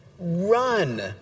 run